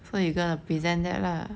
so you gonna present that lah